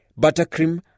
buttercream